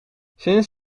sinds